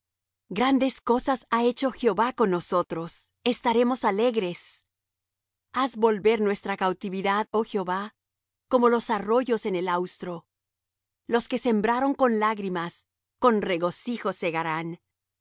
grandes cosas ha hecho jehová con nosotros estaremos alegres haz volver nuestra cautividad oh jehová como los arroyos en el austro los que sembraron con lágrimas con regocijo segarán